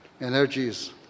energies